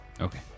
Okay